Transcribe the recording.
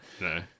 No